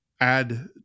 add